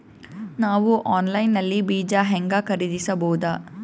ನಾವು ಆನ್ಲೈನ್ ನಲ್ಲಿ ಬೀಜ ಹೆಂಗ ಖರೀದಿಸಬೋದ?